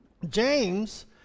James